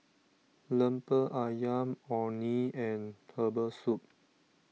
Lemper Ayam Orh Nee and Herbal Soup